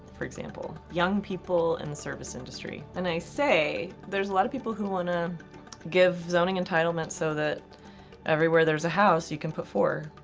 for example, young people in the service industry. and i say there's a lot of people who want to give zoning entitlements so that everywhere there's a house, you can put four.